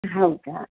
ಹೌದಾ